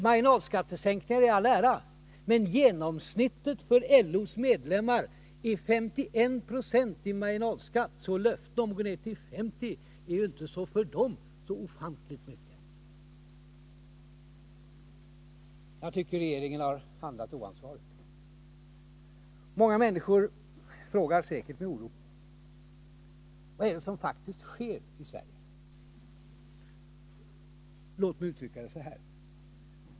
Marginalskattesänkningar i all ära, men genomsnittet av LO:s medlemmar har 51 90 i marginalskatt, så löftet om att gå ner till 50 26 innebär för dem inte så ofantligt mycket. Jag tycker att regeringen har handlat oansvarigt. Många människor frågar säkert med oro: Vad är det som faktiskt sker i Sverige? Låt mig uttrycka det så här.